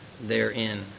therein